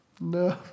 No